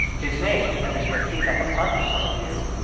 his name, and this may feel like a pun to some of you,